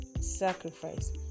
sacrifice